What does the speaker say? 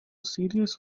serious